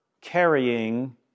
carrying